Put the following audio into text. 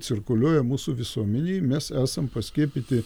cirkuliuoja mūsų visuomenėj mes esam paskiepyti